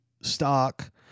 stock